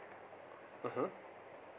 (uh huh)